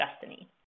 destiny